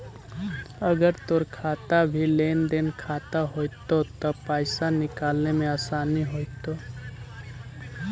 अगर तोर खाता भी लेन देन खाता होयतो त पाइसा निकाले में आसानी होयतो